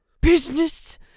Business